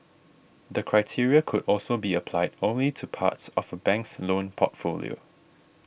the criteria could also be applied only to parts of a bank's loan portfolio